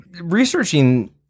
Researching